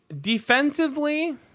Defensively